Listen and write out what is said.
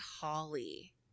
Holly